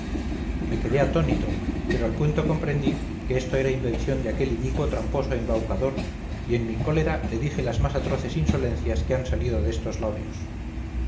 me quedé atónito pero al punto comprendí que esto era invención de aquel inicuo tramposo embaucador y en mi cólera le dije las más atroces insolencias que han salido de estos labios